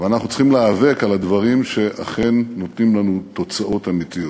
ואנחנו צריכים להיאבק על הדברים שאכן נותנים לנו תוצאות אמיתיות.